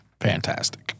Fantastic